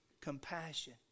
Compassion